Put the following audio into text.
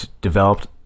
developed